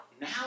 Now